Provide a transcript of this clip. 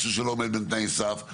משהו שלא עומד בתנאי סף,